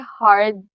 hard